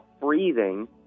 breathing